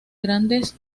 grandes